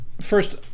first